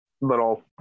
little